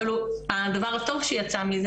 אבל הדבר הטוב שיצא מזה,